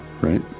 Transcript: right